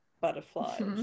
butterflies